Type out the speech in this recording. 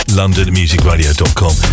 londonmusicradio.com